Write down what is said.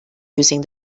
using